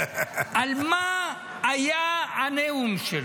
על מה היה הנאום שלו?